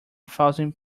thousand